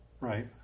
right